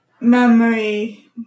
memory